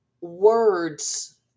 words